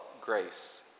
grace